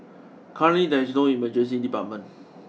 currently there is no emergency department